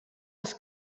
els